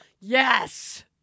Yes